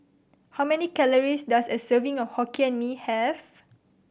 how many calories does a serving of Hokkien Mee have